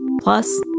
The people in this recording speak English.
Plus